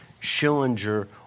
Schillinger